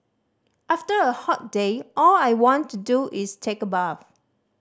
after a hot day all I want to do is take a bath